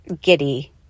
giddy